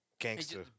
Gangster